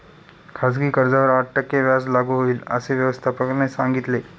खाजगी कर्जावर आठ टक्के व्याज लागू होईल, असे व्यवस्थापकाने सांगितले